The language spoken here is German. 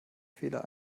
fehler